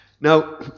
Now